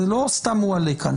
זה לא סתם מועלה כאן.